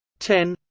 ten